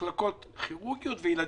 במחלקות כירורגיות וילדים,